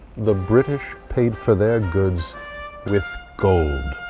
the british paid for their goods with gold.